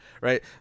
Right